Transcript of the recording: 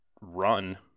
run